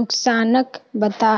नुकसानक बता